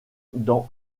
dans